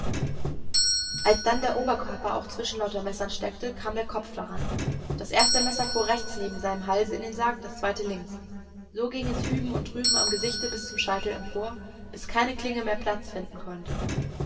als dann der oberkörper auch zwischen lauter messern steckte kam der kopf daran das erste messer fuhr rechts neben seinem halse in den sarg das zweite links so ging es hüben und drüben am gesichte bis zum scheitel empor bis keine klinge mehr platz finden konnte